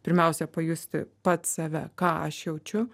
pirmiausia pajusti pats save ką aš jaučiu